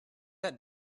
that